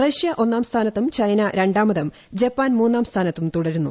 Russia ഒന്നാം സ്ഥാനത്തും China രണ്ടാമതും ജപ്പാൻ മൂന്നാം സ്ഥാനത്തും തുടരുന്നു